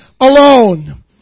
alone